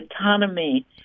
autonomy